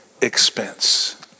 expense